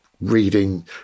reading